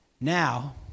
Now